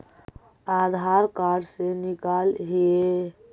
आधार card से निकाल हिऐ?